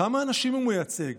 כמה אנשים הוא מייצג?